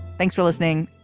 thanks for listening.